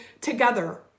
together